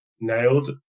nailed